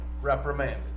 reprimanded